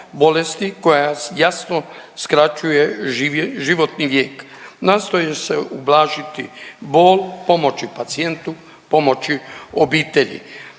bolesti koja jasno skraćuje životni vijek, nastoji se ublažiti bol, pomoći pacijentu, pomoći obitelji.